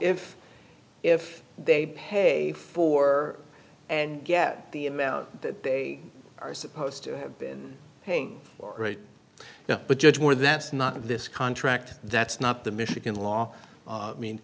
if if they pay for and get the amount that they are supposed to have been paying right now but judge moore that's not this contract that's not the michigan law i mean